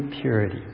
purity